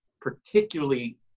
particularly